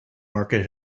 market